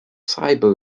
sybil